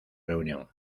reunión